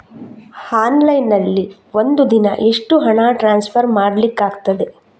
Online ನಲ್ಲಿ ಒಂದು ದಿನ ಎಷ್ಟು ಹಣ ಟ್ರಾನ್ಸ್ಫರ್ ಮಾಡ್ಲಿಕ್ಕಾಗ್ತದೆ?